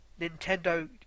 Nintendo